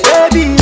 Baby